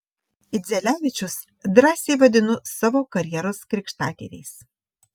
idzelevičius drąsiai vadinu savo karjeros krikštatėviais